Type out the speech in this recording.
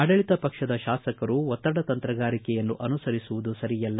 ಆಡಳಿತ ಪಕ್ಷದ ಶಾಸಕರು ಒತ್ತಡ ತಂತ್ರಗಾರಿಕೆಯನ್ನು ಅನುಸರಿಸುವುದು ಸರಿಯಲ್ಲ